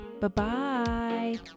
Bye-bye